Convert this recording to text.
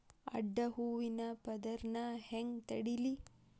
ಅಡ್ಡ ಹೂವಿನ ಪದರ್ ನಾ ಹೆಂಗ್ ತಡಿಲಿ?